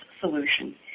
solution